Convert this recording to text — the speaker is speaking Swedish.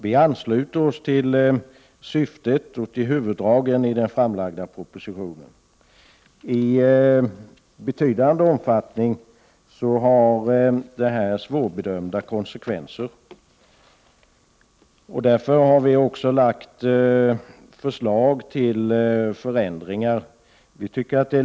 Vi ansluter oss till syftet och till huvuddragen i den framlagda propositioien. I betydande omfattning har förslaget svårbedömda konsekvenser, och lärför har vi också föreslagit förändringar.